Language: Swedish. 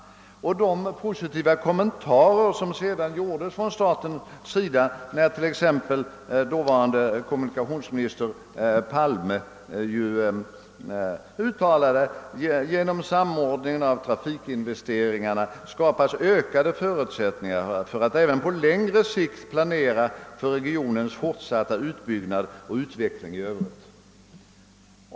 I de positiva kommentarer som sedan gjordes från statens sida uttalade dåvarande kommunikationsministern Palme, att det genom samordning av trafikinvesteringarna skapas ökade förutsättningar för att även på längre sikt planera för regionens fortsatta utbyggnad och utveckling i övrigt.